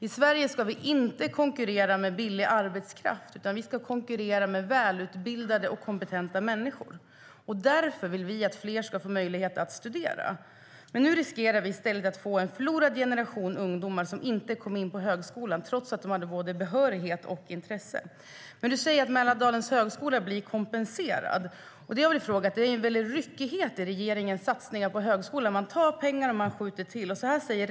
I Sverige ska vi inte konkurrera med billig arbetskraft, utan vi ska konkurrera med välutbildade och kompetenta människor. Därför vill vi att fler ska få möjlighet att studera. Nu riskerar vi att i stället få en förlorad generation ungdomar som inte kunnat komma in på högskolan trots att de har både behörighet och intresse. Statsrådet säger att Mälardalens högskola blir kompenserad. Det är stor ryckighet i regeringens satsningar på högskolan. Man tar pengar och man skjuter till pengar.